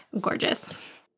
gorgeous